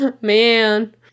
Man